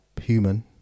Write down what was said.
human